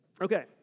Okay